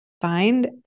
find